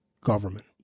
government